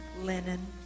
linen